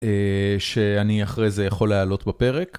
שאני אחרי זה יכול להעלות בפרק.